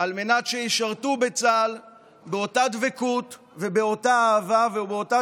על מנת שישרתו בצה"ל באותה דבקות ובאותה אהבה ובאותה